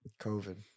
COVID